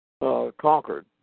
Concord